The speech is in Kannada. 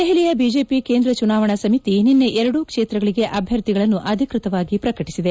ದೆಹಲಿಯ ಬಿಜೆಪಿ ಕೇಂದ್ರ ಚುನಾವಣಾ ಸಮಿತಿ ನಿನ್ನೆ ಎರಡೂ ಕ್ಷೇತ್ರಗಳಿಗೆ ಅಭ್ಯರ್ಥಿಗಳನ್ನು ಅಧಿಕೃತವಾಗಿ ಪ್ರಕಟಿಸಿದೆ